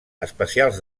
especials